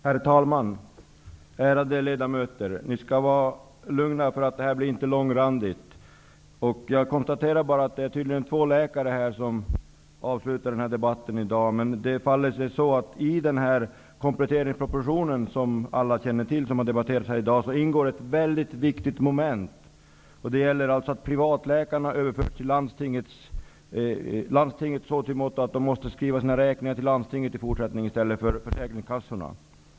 Herr talman! Ärade ledamöter! Ni skall vara lugna -- det här blir inte långrandigt. Jag konstaterar bara att det tydligen är två läkare som avslutar debatten i dag. Det faller sig nämligen så att det i kompletteringspropositionen, som alla vet har debatterats i dag, ingår ett mycket viktigt moment. Det gäller alltså att privatläkarna överförs till landstingen, i så måtto att de i fortsättningen måste skriva sina räkningar till landstingen i stället för till försäkringskassorna.